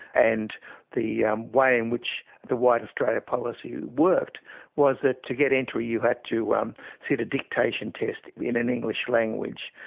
and the way in which the white australia policy worked was that to get entry you had to um sit a dictation test in an english language,